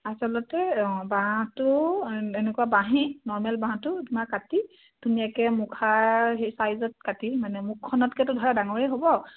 আচলতে অঁ বাঁহটো এনেকুৱা বাঁহেই নৰ্মেল বাঁহটো তোমাৰ কাটি ধুনীয়াকৈ মুখাৰ সেই চাইজত কাটি মানে মুখখনতকৈতো ধৰা ডাঙৰেই হ'ব